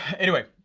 anyway,